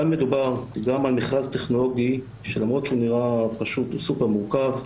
אבל מדובר גם על מכרז טכנולוגי שלמרות שהוא נראה פשוט הוא סופר מורכב.